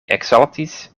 eksaltis